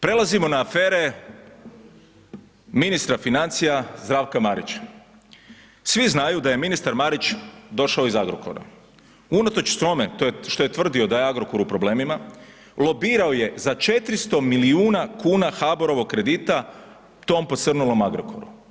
Prelazimo na afere ministra financija Zdravka Marića, svi znaju da je ministar Marić došao iz Agrokora, unatoč tome što je tvrdio da je Agrokor u problemima lobirao je za 400 milijuna kuna HABOR-ovog kredita tom posrnulom Agrokoru.